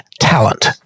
talent